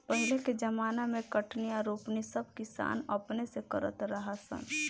पहिले के ज़माना मे कटनी आ रोपनी सब किसान अपने से करत रहा सन